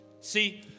See